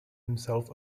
himself